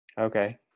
Okay